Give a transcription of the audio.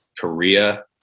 korea